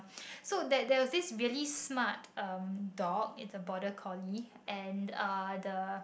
so there there was this really smart um dog it's a border collie and uh the